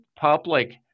public